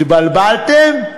התבלבלתם?